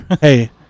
Hey